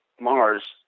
Mars